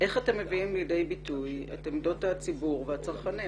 איך אתם מביאים לידי ביטוי את עמדות הציבור והצרכנים?